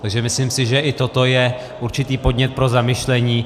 Takže myslím si, že i toto je určitý podnět pro zamyšlení.